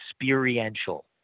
experiential